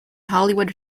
hollywood